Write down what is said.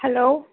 hello